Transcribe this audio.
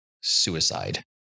suicide